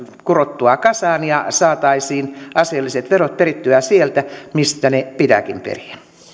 kurottua kasaan ja saataisiin asialliset verot perittyä sieltä mistä ne pitääkin periä